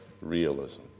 realism